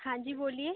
हांजी बोलिए